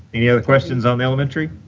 any other questions on the elementary?